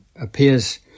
appears